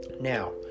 Now